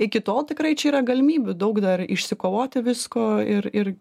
iki tol tikrai čia yra galimybių daug dar išsikovoti visko ir ir